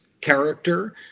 character